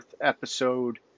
episode